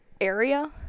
area